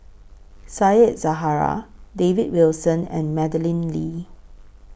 Said Zahari David Wilson and Madeleine Lee